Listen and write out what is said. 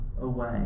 away